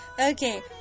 okay